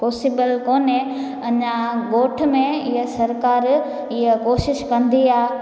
possible कोन्हे अञा ॻोठ में इहे सरकारु इहे कोशिशि कंदी आहे